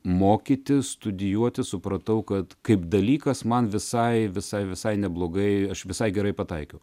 mokytis studijuoti supratau kad kaip dalykas man visai visai visai neblogai aš visai gerai pataikiau